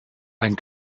ein